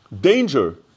danger